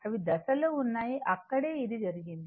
అవి దశలో ఉన్నాయి అక్కడే ఇది జరిగింది